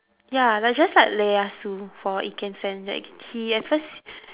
ya like just like ieyasu for ikensen he at first